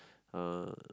uh